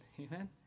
amen